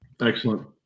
Excellent